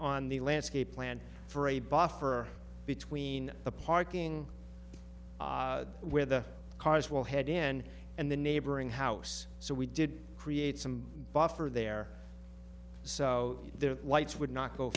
on the landscape plan for a buffer between the parking where the cars will head in and the neighboring house so we did create some buffer there so their lights would not go